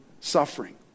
suffering